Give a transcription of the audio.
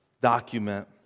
document